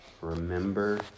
Remember